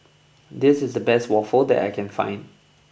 this is the best waffle that I can find